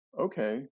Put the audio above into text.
okay